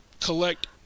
collect